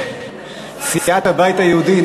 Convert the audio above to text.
סיעת הבית היהודי,